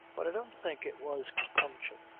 but i don't think it was compunction.